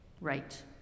Right